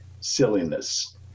silliness